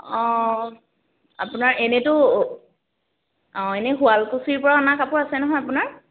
অঁ আপোনাৰ এনেইতো অঁ এনেই শুৱালকুছিৰপৰা অনা কাপোৰ আছে নহয় আপোনাৰ